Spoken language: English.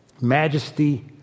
Majesty